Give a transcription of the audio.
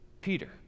Peter